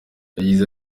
yagize